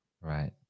Right